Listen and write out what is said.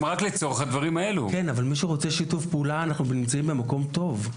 בהקשר של מי שרוצה שיתוף פעולה אנחנו נמצאים במקום טוב.